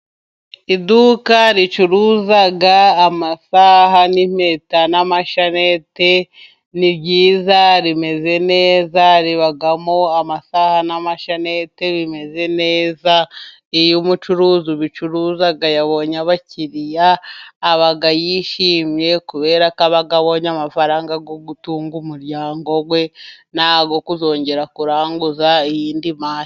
Iduka ricuruza amasaha ,n'impeta ,n'amashnete ni ryiza rimeze neza, ribamo: amasaha n'amashanete bimeze neza. Iyo umucuruzi ubicuruza yabonye abakiriya ,aba yishimye kubera ko aba abonye amafaranga yo gutunga umuryango we, n'ayo kuzongera kuranguza iyindi mari.